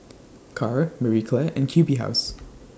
Kara Marie Claire and Q B House